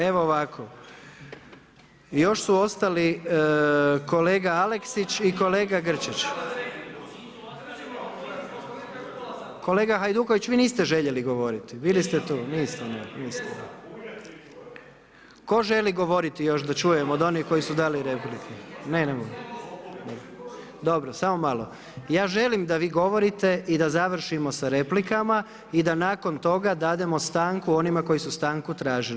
Evo, ovako, još su ostali kolega Aleksić i kolega Grčić. … [[Govornici govore istovremeno, ne razumije se.]] kolega Hajduković, vi niste željeli govoriti, bili ste tu. … [[Upadica se ne čuje.]] Tko želi još govoriti da čujem, od onih koji su dali repliku? … [[Upadica se ne čuje.]] Dobro, samo malo, ja želi da vi govorite i da završimo s replikama i da nakon toga dademo stanku onima koji su stanku tražili.